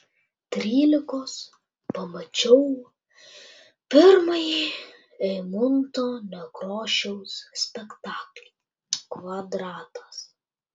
trylikos pamačiau pirmąjį eimunto nekrošiaus spektaklį kvadratas